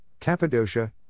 Cappadocia